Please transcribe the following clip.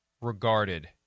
Regarded